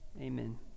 Amen